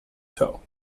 show